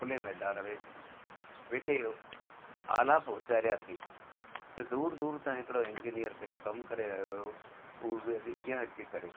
खुले मैदान में वेठे आलाप उप्चारायासीं त दूरि दूरि तां हिकिड़ो इंजिनियर पंहिंजो कमु करे रहियो हुओ उहो बि अॻे अॻियां अची करे